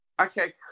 Okay